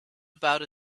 about